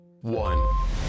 one